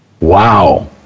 wow